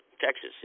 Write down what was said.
Texas